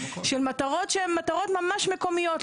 של מטרות שהן מטרות ממש מקומיות.